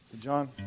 John